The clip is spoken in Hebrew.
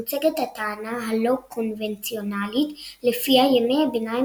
מוצגת הטענה הלא קונבנציונלית לפיה ימי הביניים